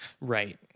Right